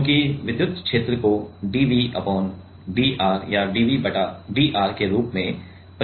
क्योंकि विद्युत क्षेत्र को dvdr के रूप में परिभाषित किया गया है